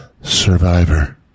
survivor